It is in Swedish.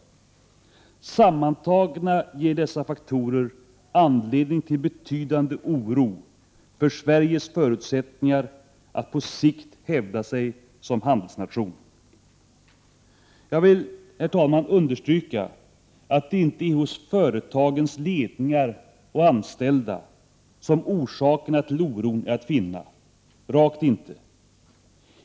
Sammantagna ger dessa faktorer anledning till betydande oro för Sveriges förutsättningar att på sikt hävda sig som handelsnation. Jag vill understryka, att det inte är hos företagens ledningar och anställda som orsakerna till oron är att finna. Rakt inte.